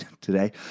today